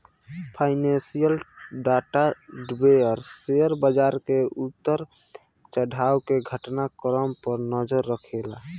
financial data vendor share बाजार के उतार चढ़ाव के घटना क्रम पर नजर रखेला